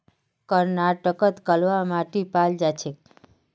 कर्नाटकत कलवा माटी पाल जा छेक